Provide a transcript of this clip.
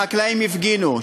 החקלאים הפגינו.